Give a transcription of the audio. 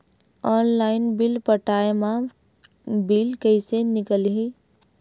Online bill पटाय मा bill कइसे निकलही?